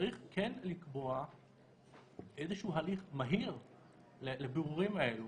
צריך לקבוע הליך מהיר לבירורים האלו,